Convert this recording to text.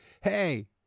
Hey